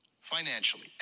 Financially